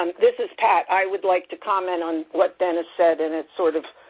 this is pat, i would like to comment on what dennis said and it sort of